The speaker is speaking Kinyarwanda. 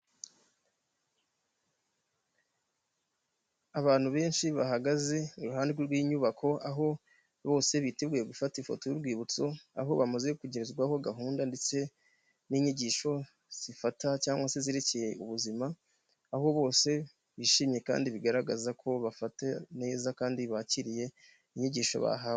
Abantu benshi bahagaze iruhande rw'inyubako, aho bose biteguye gufata ifoto y'urwibutso, aho bamaze kugezwaho gahunda ndetse n'inyigisho zifata cyangwa se zerekeye ubuzima, aho bose bishimye kandi bigaragaza ko bafata neza kandi bakiriye inyigisho bahawe.